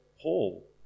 Paul